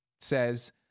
says